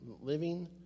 living